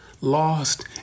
lost